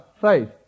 faith